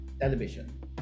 television